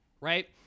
right